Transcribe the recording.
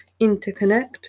interconnect